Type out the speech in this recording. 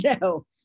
no